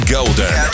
Golden